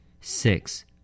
six